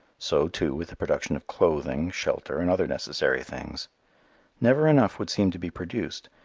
so, too, with the production of clothing, shelter and other necessary things never enough would seem to be produced,